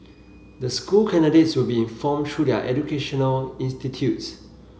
the school candidates will be informed through their educational institutes